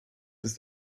ist